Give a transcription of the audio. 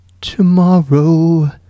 tomorrow